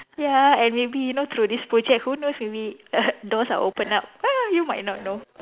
ya and maybe you know through this project who knows maybe doors are opened up you might not know